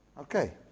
Okay